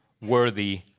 worthy